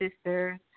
sisters